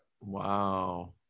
Wow